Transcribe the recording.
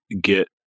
get